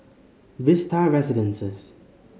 Vista Residences